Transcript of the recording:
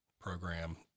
program